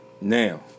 now